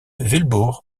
wilbur